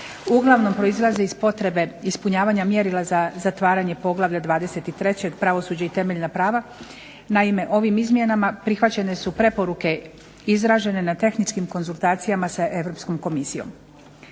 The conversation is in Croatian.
uglavnom proizlazi iz potrebe ispunjavanja mjerila za zatvaranja poglavlja 23 – Pravosuđe i temeljna prava. Naime, ovim izmjenama prihvaćene su preporuke izražene na tehničkim konzultacijama sa Europskom komisijom.